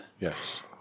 Yes